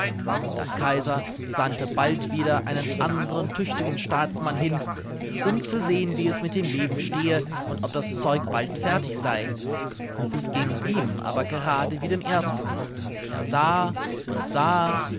der kaiser sandte bald wieder einen anderen tüchtigen staatsmann hin um zu sehen wie es mit dem weben stehe und ob das zeug bald fertig sei es ging ihm aber gerade wie dem ersten er sah und sah